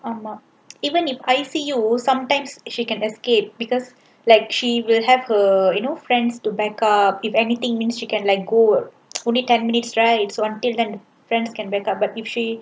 ஆமா:aamaa even in I_C_U sometimes she can escape because like she will have her you know friends to back up if anything mean like she can like go only tem minutes right until then friends can back up but if she